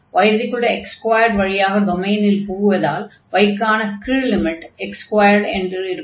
yx2 வழியாக டொமைனில் புகுவதால் y க்கான கீழ் லிமிட் x2 என்று இருக்கும்